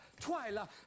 Twyla